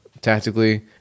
tactically